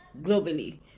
globally